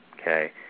Okay